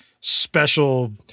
special